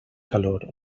calor